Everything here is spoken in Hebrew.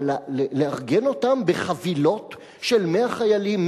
אבל לארגן אותם בחבילות של 100 חיילים?